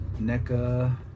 NECA